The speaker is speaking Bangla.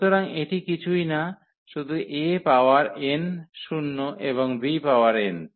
সুতরাং এটি কিছুই না শুধু A পাওয়ার n শূন্য এবং B পাওয়ার n